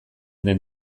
den